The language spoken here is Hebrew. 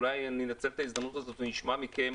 אולי אני אנצל את ההזדמנות הזאת ואשמע מכם,